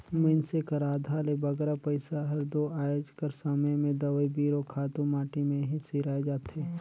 मइनसे कर आधा ले बगरा पइसा हर दो आएज कर समे में दवई बीरो, खातू माटी में ही सिराए जाथे